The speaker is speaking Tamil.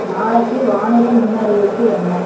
நாளைக்கு வானிலை முன்னறிவிப்பு என்ன